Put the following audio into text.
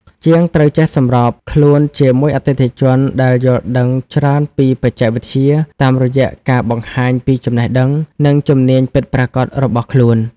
ជាងត្រូវចេះសម្របខ្លួនជាមួយអតិថិជនដែលយល់ដឹងច្រើនពីបច្ចេកវិទ្យា តាមរយៈការបង្ហាញពីចំណេះដឹង និងជំនាញពិតប្រាកដរបស់ខ្លួន។